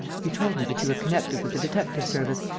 you told me that you were connected with the detective-service.